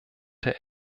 der